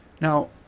Now